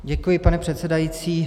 Děkuji, pane předsedající.